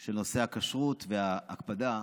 של נושא הכשרות וההקפדה,